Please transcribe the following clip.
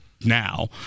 now